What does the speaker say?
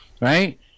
right